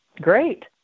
Great